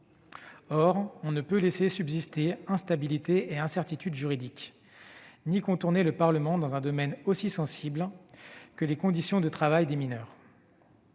Or on ne peut laisser subsister instabilité et incertitudes juridiques ni contourner le Parlement dans un domaine aussi sensible que les conditions de travail de mineurs.